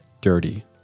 dirty